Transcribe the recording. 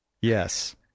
yes